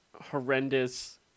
horrendous